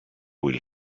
will